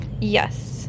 Yes